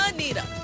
Anita